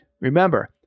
Remember